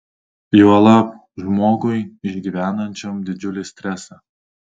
juolab žmogui išgyvenančiam didžiulį stresą